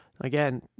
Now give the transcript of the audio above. Again